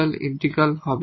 সুতরাং এটি 𝑧𝑒 𝑧 হবে